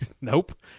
nope